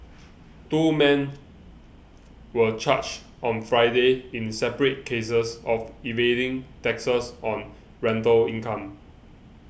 two men were charged on Friday in separate cases of evading taxes on rental income